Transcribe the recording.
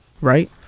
Right